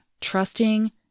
trusting